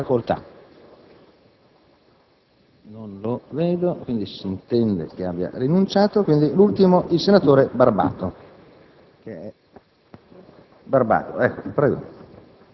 Dobbiamo dare ai cittadini certezza e prospettive.